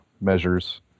measures